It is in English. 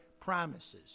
promises